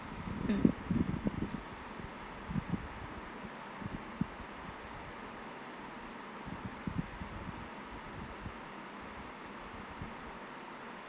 mm